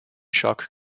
shock